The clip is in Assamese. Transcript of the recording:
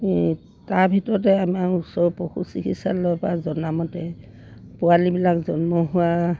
এই তাৰ ভিতৰতে আমাৰ ওচৰ পশু চিকিৎসালয়ৰপৰা জনামতে পোৱালিবিলাক জন্ম হোৱা